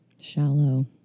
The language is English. shallow